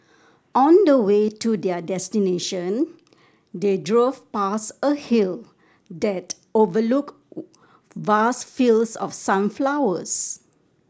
on the way to their destination they drove past a hill that overlooked vast fields of sunflowers